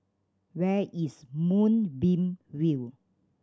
where is Moonbeam View